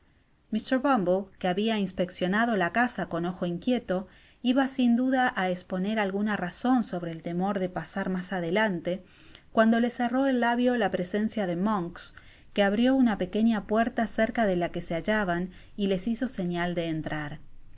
mr bumble que habia inspeccionado la casa con ojo inquieto iba sin duda á esponer alguna razon obre el temor de pasar mas adelante cuando le cerró el labio ta presencia de monks que abrió una pequeña puerta cerca de la que se hallaban y les hizo señal de entrar